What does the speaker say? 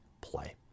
play